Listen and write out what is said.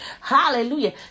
Hallelujah